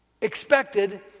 expected